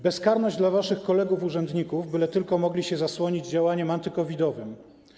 Bezkarność dla waszych kolegów urzędników, byle tylko mogli się zasłonić działaniem antycovidowym.